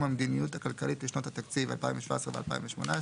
המדיניות הכלכלית לשנות התקציב 2017 ו-2018),